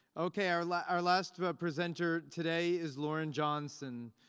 okay, our last our last presenter today is lauren johnson.